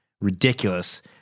ridiculous